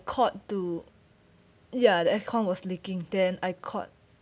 called to ya the aircon was leaking then I called